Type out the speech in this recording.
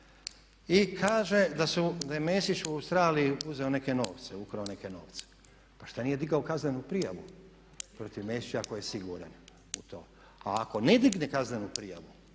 da su, da je Mesić u Australiji uzeo neke novce, ukrao neke novce. Pa šta nije digao kaznenu prijavu protiv Mesića ako je siguran u to? A ako ne digne kaznenu prijavu